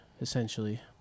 essentially